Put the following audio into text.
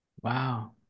Wow